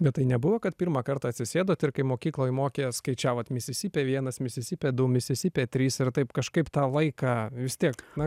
bet tai nebuvo kad pirmą kartą atsisėdot ir kai mokykloje mokė skaičiavote misisipė vienas misisipė du misisipė trys ir taip kažkaip tą laiką vis tiek na